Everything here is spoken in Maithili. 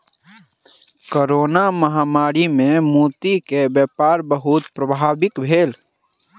कोरोना महामारी मे मोती के व्यापार बहुत प्रभावित भेल